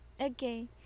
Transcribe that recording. Okay